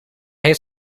heeft